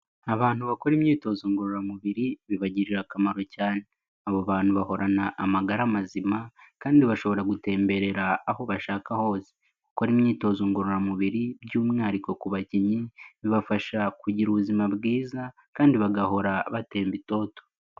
Abantu bakora imyitozo ngororamubiri bibagirira akamaro cyane, abo bantu bahorana amagara mazima kandi bashobora gutemberera aho bashaka hose, gukora imyitozo ngororamubiri by'umwihariko ku bakinnyi, bibafasha kugira ubuzima bwiza kandi bagahora batemba itoto.